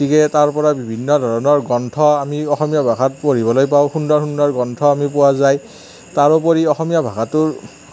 গতিকে তাৰ পৰা বিভিন্ন ধৰণৰ গ্ৰন্থ আমি অসমীয়া ভাষাত পঢ়িবলৈ পাওঁ সুন্দৰ সুন্দৰ গ্ৰন্থ আমি পোৱা যায় তাৰ উপৰিও অসমীয়া ভাষাটোৰ